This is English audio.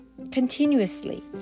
continuously